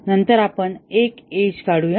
यानंतर आपण एक एज काढू या